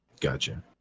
Gotcha